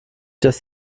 dass